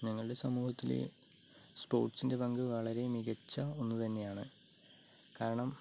ഞങ്ങളുടെ സമൂഹത്തിൽ സ്പോർട്ട്സിന്റെ പങ്ക് വളരെ മികച്ച ഒന്നു തന്നെയാണ് കാരണം